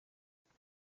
inama